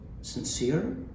sincere